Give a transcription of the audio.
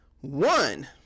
One